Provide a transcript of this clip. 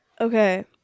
okay